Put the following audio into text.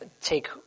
take